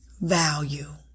Value